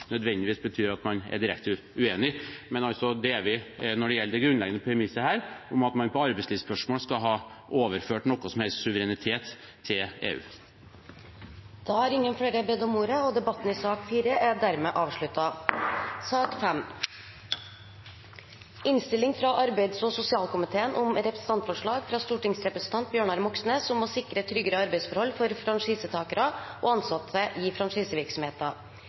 nødvendigvis betyr at man er direkte uenig, men det er vi når det gjelder det grunnleggende premisset her, om at man i arbeidslivsspørsmål skal ha overført noe som helst suverenitet til EU. Flere har ikke bedt om ordet til sak nr. 4. Etter ønske fra arbeids- og sosialkomiteen vil presidenten foreslå at taletiden blir begrenset til 3 minutter til hver partigruppe og